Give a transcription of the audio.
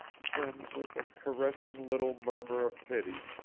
then, with a caressing little murmur of pity,